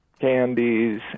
candies